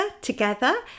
together